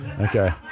Okay